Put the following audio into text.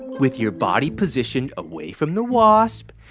with your body positioned away from the wasp,